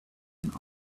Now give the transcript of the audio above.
asked